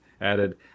added